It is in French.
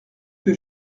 que